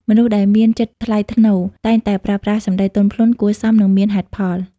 មនុស្សដែលមានចិត្តថ្លៃថ្នូរ តែងតែប្រើប្រាស់សម្ដីទន់ភ្លន់ គួរសម និងមានហេតុផល។